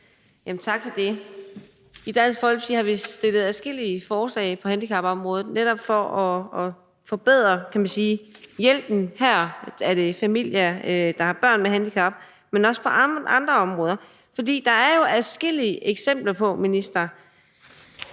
Tak for det. I Dansk Folkeparti har vi stillet adskillige forslag på handicapområdet netop for at forbedre hjælpen. Her handler det om familier, der har børn med handicap. Men også på andre områder har vi stillet forslag. Der er jo adskillige eksempler på, minister,